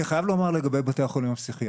אני חייב לומר לגבי בתי החולים הפסיכיאטריים: